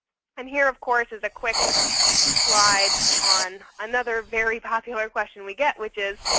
and here, of course, is a quick slide on another very popular question we get, which is,